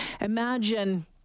Imagine